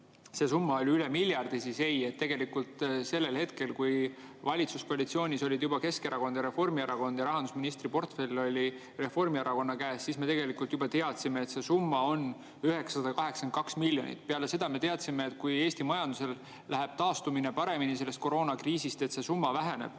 et summa oli üle miljardi, [on vale], ei olnud. Sellel hetkel, kui valitsuskoalitsioonis olid juba Keskerakond ja Reformierakond ning rahandusministriportfell oli Reformierakonna käes, siis me tegelikult juba teadsime, et see summa on 982 miljonit. Peale selle me teadsime, et kui Eesti majandusel läheb koroonakriisist taastumine paremini, siis see summa väheneb.